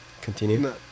Continue